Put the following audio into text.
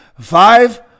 Five